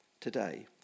today